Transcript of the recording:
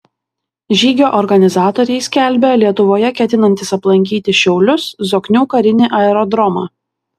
žygio organizatoriai skelbia lietuvoje ketinantys aplankyti šiaulius zoknių karinį aerodromą